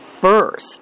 first